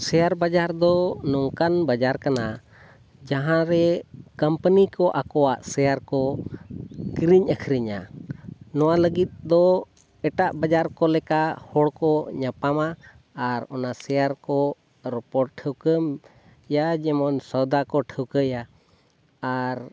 share ᱵᱟᱡᱟᱨᱫᱚ ᱱᱚᱝᱠᱟᱱ ᱵᱟᱡᱟᱨ ᱠᱟᱱᱟ ᱡᱟᱦᱟᱸᱨᱮ ᱠᱳᱢᱯᱟᱱᱤᱠᱚ ᱟᱠᱚᱣᱟᱜ ᱥᱮᱭᱟᱨᱠᱚ ᱠᱤᱨᱤᱧᱼᱟᱹᱠᱷᱨᱤᱧᱟ ᱱᱚᱣᱟ ᱞᱟᱹᱜᱤᱫ ᱫᱚ ᱮᱴᱟᱜ ᱵᱟᱡᱟᱨᱠᱚ ᱞᱮᱠᱟ ᱦᱚᱲᱠᱚ ᱧᱟᱯᱟᱢᱟ ᱟᱨ ᱚᱱᱟ ᱥᱮᱭᱟᱨᱠᱚ ᱨᱚᱯᱚᱲ ᱴᱷᱟᱹᱣᱠᱟᱹᱭᱟ ᱡᱮᱢᱚᱱ ᱥᱚᱭᱫᱟᱠᱚ ᱴᱷᱟᱹᱣᱠᱟᱹᱭᱟ ᱟᱨ